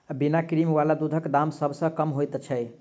बिना क्रीम बला दूधक दाम सभ सॅ कम होइत छै